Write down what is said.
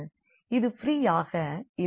இது ப்ரீயாக இல்லை அங்கு பைவோட் உள்ளது